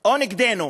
או נגדנו.